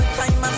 time